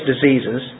diseases